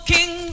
King